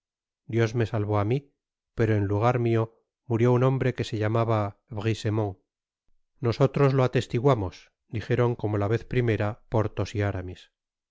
dios me salvó á mi pero en lagar mio murió un hombre que se llamaba brisemont nosotros to atestiguamos dijeron como la vez primera porthos y aramis